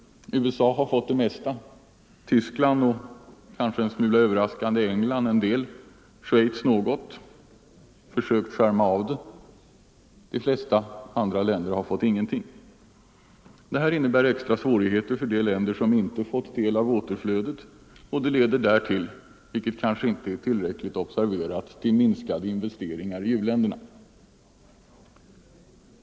USA har fått det mesta, Tyskland och — kanske en smula överraskande — England en del, Schweiz har fått något och har försökt skärma av tillflödet. De flesta andra länder har inte fått någonting. Detta innebär extra svårigheter för de länder som inte får del av återflödet. Därtill leder det, vilket kanske inte är tillräckligt observerat, till minskade investeringar i u-länderna.